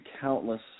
countless